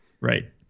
right